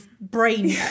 brain